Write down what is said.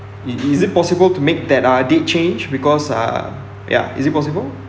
it is it possible to make that uh date change because uh ya is it possible